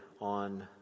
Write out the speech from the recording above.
on